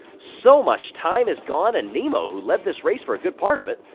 so much time is gone and nemo, who led this race for a good part of it,